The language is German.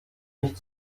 nicht